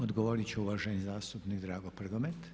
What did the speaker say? Odgovorit će uvaženi zastupnik Drago Prgomet.